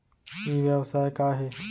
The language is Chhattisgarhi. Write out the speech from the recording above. ई व्यवसाय का हे?